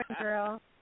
Girl